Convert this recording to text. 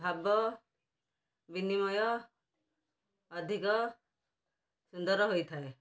ଭାବ ବିନିମୟ ଅଧିକ ସୁନ୍ଦର ହୋଇଥାଏ